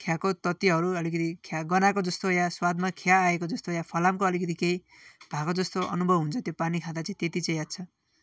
खियाको तत्त्वहरू अलिकति ख्या गनाको जस्तो या स्वादमा खिया आएको जस्तो या फलामको अलिकति केही भएको जस्तो अनुभव हुन्छ त्यो पानी खाँदा त्यति चाहिँ याद छ